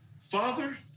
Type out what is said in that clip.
Father